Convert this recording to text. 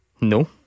No